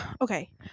Okay